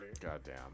Goddamn